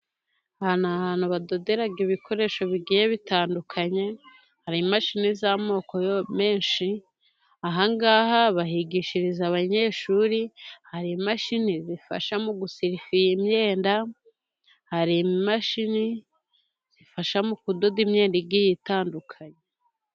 Hari ahantu badodera ibikoresho bigiye bitandukanye, hari imashini z'amoko menshi, ahangaha bahigishiriza abanyeshuri, hari imashini zifasha mu gusirifira imyenda, hari imashini zifasha mu kudoda imyenda igiye itandukanye.